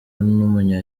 w’umunya